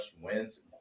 wins